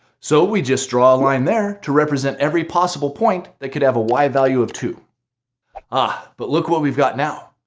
so we just draw a line there to represent every possible point that could have a y value of two ah, but look what we've got now.